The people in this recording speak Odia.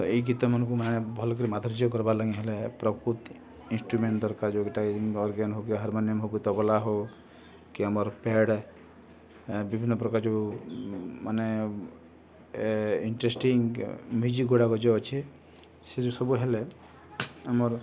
ତ ଏଇ ଗୀତମାନଙ୍କୁ ମାନେ ଭଲ କରିରେ ମାଧର୍ଯ୍ୟ କଠୋର୍ ଲି ହେଲେ ପ୍ରକୃତ ଇନ୍ସଷ୍ଟ୍ରୁମେଣ୍ଟ ଦରକାର ଯୋଉଟାକମତି ଅର୍ଗେନ୍ ହ କିଏ ହାରମୋନିୟମ୍ ହଉ କି ତଗୋଲା ହଉ କି ଆମର ପ୍ୟାଡ଼ ବିଭିନ୍ନ ପ୍ରକାର ଯୋଉ ମାନେ ଇଣ୍ଟରେଷ୍ଟିଙ୍ଗ୍ ମ୍ୟୁଜିକ୍ ଗୁଡ଼ାକ ଯୋଉ ଅଛି ସେ ଯୋଉ ସବୁ ହେଲେ ଆମର